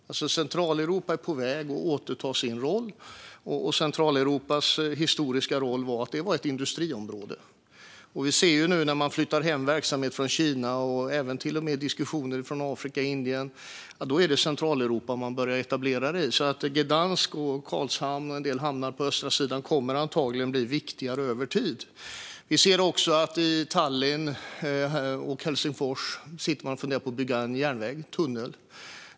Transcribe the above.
Centraleuropa är på väg att återta sin roll. Centraleuropas historiska roll var ett industriområde. Vi ser nu att man flyttar hem verksamhet från Kina. Det finns även till och med diskussioner om verksamhet från Afrika och Indien. Då är det Centraleuropa man börjar att etablera den i. Gdansk, Karlshamn och en del hamnar på östra sidan kommer antagligen att bli viktigare över tid. Vi ser också man i Tallinn och i Helsingfors funderar på att bygga en järnväg i en tunnel.